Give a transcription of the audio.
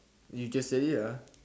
you just said it ah